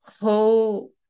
whole